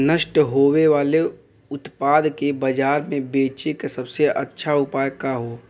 नष्ट होवे वाले उतपाद के बाजार में बेचे क सबसे अच्छा उपाय का हो?